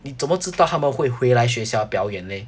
你怎么知道他们会回来学校表演 leh